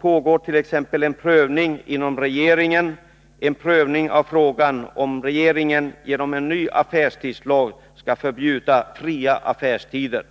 pågår t.ex. en prövning inom regeringen, en prövning av frågan om regeringen genom en ny affärstidslag skall förbjuda fria affärstider.